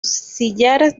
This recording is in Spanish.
sillares